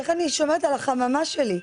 איך אני שומרת על החממה שלי,